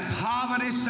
poverty